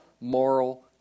moral